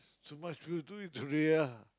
so much we'll do with the